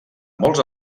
molts